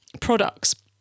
products